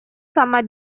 sama